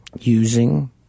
using